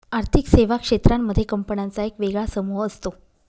आर्थिक सेवा क्षेत्रांमध्ये कंपन्यांचा एक वेगळा समूह असतो